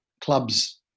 Clubs